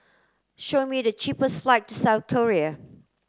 show me the cheapest flights to South Korea